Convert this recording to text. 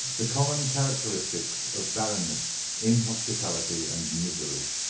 the common characteristics of barrenness, inhospitality, and misery.